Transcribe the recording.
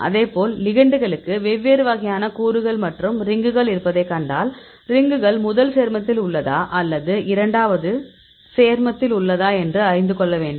அதேபோல் லிகெண்டுகளுக்கு வெவ்வேறு வகையான கூறுகள் மற்றும் ரிங்குகள் இருப்பதை கண்டால் ரிங்குகள் முதல் சேர்மத்தில் உள்ளதா அல்லது இரண்டாவது சேர்மத்தில் உள்ளதா என்று அறிந்து கொள்ளவேண்டும்